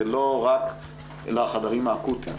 זה לא רק לחדרים האקוטיים.